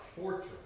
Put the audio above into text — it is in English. fortress